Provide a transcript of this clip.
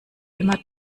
immer